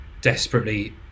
desperately